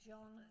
John